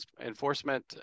enforcement